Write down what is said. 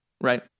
right